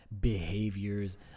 behaviors